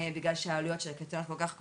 בגלל שהעלויות של הקייטנות כל כך גבוהות,